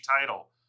title